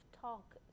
talk